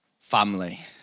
family